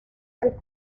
del